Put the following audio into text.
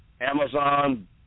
Amazon